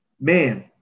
Man